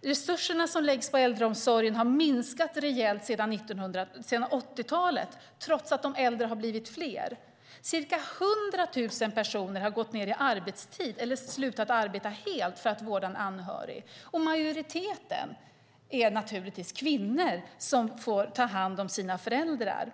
Resurserna som läggs på äldreomsorgen har minskat rejält sedan 1980-talet trots att de äldre har blivit fler. Cirka hundra tusen personer har gått ned i arbetstid eller slutat arbeta helt för att vårda en anhörig, och majoriteten är naturligtvis kvinnor som får ta hand om sina föräldrar.